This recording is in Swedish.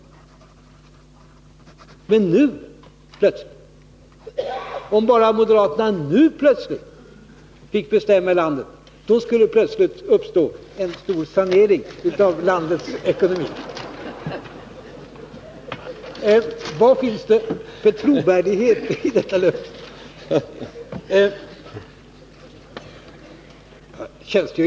Nu plötsligt, om bara moderaterna fick bestämma i landet, skulle det emellertid uppstå en kraftig sanering av landets ekonomi! Vad finns det för trovärdighet i detta löfte?